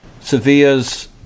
Sevilla's